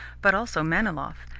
but also manilov,